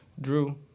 Drew